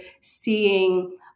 seeing